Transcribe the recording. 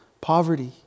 poverty